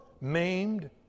maimed